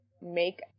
make